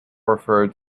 referred